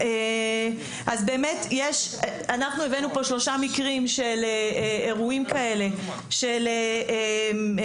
אז באמת אנחנו הבאנו פה שלושה מקרים של אירועים כאלה של סטודנטים,